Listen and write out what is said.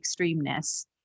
extremeness